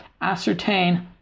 ascertain